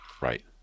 Right